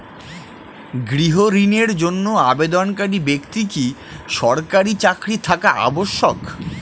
গৃহ ঋণের জন্য আবেদনকারী ব্যক্তি কি সরকারি চাকরি থাকা আবশ্যক?